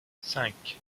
cinq